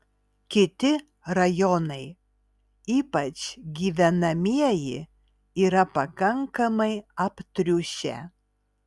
kiti rajonai ypač gyvenamieji yra pakankamai aptriušę